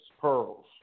pearls